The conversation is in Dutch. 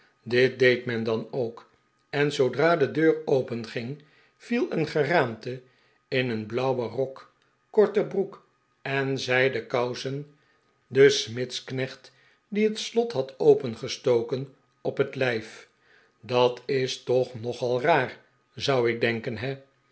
deed men dan ook en zoodra de deur openging viel een geraamte in een blauwen rok korte broek en zijden kpu'sen den smidsknecht die het slot had opengestoken op het lijf dat is toch nogal raar zou ik denken he